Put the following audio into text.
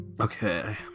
Okay